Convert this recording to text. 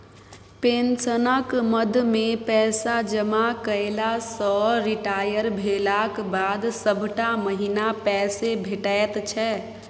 पेंशनक मदमे पैसा जमा कएला सँ रिटायर भेलाक बाद सभटा महीना पैसे भेटैत छै